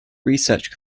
research